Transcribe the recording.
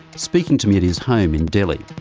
speaking to me at his home in delhi.